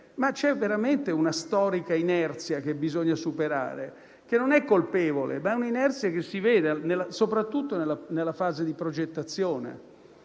ma c'è veramente una storica inerzia che bisogna superare, che non è colpevole, ma è un'inerzia che si vede, soprattutto nella fase di progettazione.